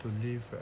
to live right